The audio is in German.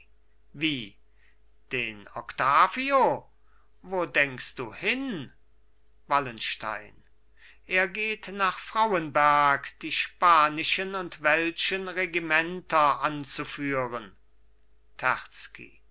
wie den octavio wo denkst du hin wallenstein er geht nach frauenberg die spanischen und welschen regimenter anzuführen